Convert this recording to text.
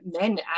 men